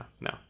no